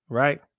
right